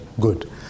good